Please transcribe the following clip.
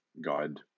God